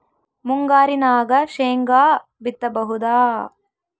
ಮುಂಗಾರಿನಾಗ ಶೇಂಗಾ ಬಿತ್ತಬಹುದಾ?